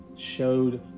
showed